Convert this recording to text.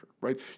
right